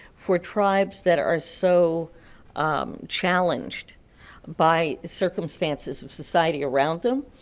for tribes that are so challenged by circumstances of society around them,